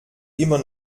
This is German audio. immer